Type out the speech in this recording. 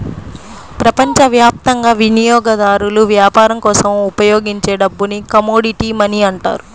ప్రపంచవ్యాప్తంగా వినియోగదారులు వ్యాపారం కోసం ఉపయోగించే డబ్బుని కమోడిటీ మనీ అంటారు